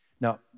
Now